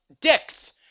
dicks